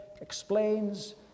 explains